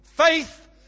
Faith